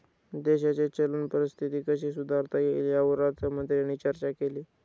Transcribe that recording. देशाची चलन परिस्थिती कशी सुधारता येईल, यावर अर्थमंत्र्यांनी चर्चा केली